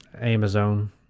Amazon